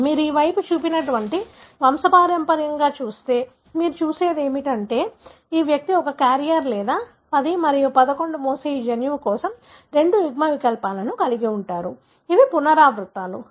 మీరు ఈ వైపు చూపిన వంశపారంపర్యంగా చూస్తే మీరు చూసేది ఏమిటంటే ఈ వ్యక్తి ఒక క్యారియర్ లేదా 10 మరియు 11 మోసే ఈ జన్యువు కోసం రెండు యుగ్మ వికల్పాలను కలిగి ఉంటారు ఇవి పునరావృత్తులు